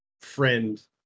friend